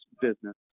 business